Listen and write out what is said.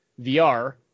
VR